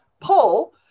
pull